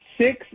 Six